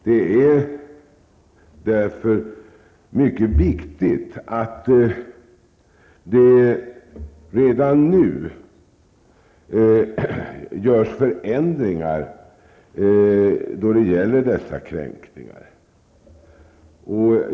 Det är därför mycket viktigt att redan nu åstadkomma förändringar då det gäller dessa kränkningar.